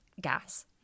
gas